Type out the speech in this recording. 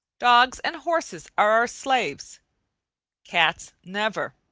dogs and horses are our slaves cats never.